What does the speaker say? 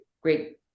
great